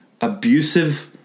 abusive